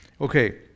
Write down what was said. Okay